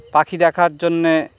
পাখি দেখার জন্যে